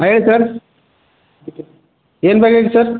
ಹಾಂ ಹೇಳಿ ಸರ್ ಏನು ಬೇಕಾಗಿತ್ತು ಸರ್